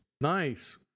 Nice